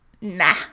nah